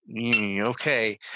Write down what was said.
Okay